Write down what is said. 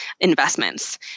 investments